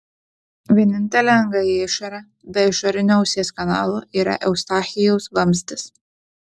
vienintelė anga į išorę be išorinio ausies kanalo yra eustachijaus vamzdis